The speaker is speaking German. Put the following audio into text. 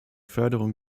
förderung